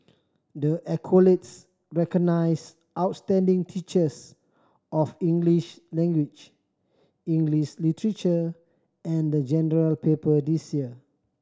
the accolades recognise outstanding teachers of English language English literature and the General Paper this year